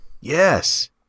Yes